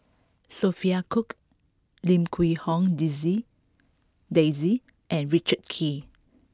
Sophia Cooke Lim Quee Hong Daisy and Richard Kee